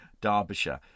Derbyshire